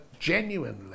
genuinely